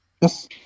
Yes